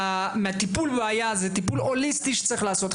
מהטיפול בבעיה זה טיפול הוליסטי שצריך לעשות,